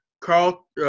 Carl